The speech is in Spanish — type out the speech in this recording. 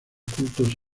cultos